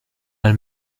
nel